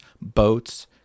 boats